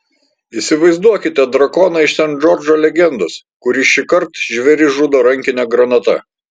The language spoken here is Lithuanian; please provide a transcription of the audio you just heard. įsivaizduokite drakoną iš sent džordžo legendos kuris šįkart žvėris žudo rankine granata